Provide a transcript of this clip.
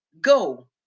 Go